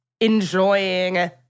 enjoying